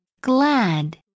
Glad